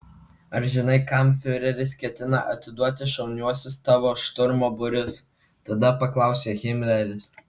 ar žinai kam fiureris ketina atiduoti šauniuosius tavo šturmo būrius tada paklausė himleris